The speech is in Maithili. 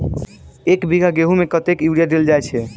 एक बीघा गेंहूँ मे कतेक यूरिया देल जाय छै?